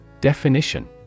Definition